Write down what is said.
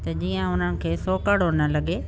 त जीअं उन्हनि खे सोकड़ो न लॻे